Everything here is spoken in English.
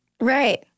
Right